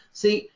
see,